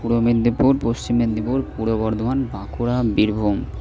পূর্ব মেদিনীপুর পশ্চিম মেদিনীপুর পূর্ব বর্ধমান বাঁকুড়া বীরভূম